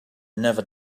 never